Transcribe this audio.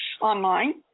online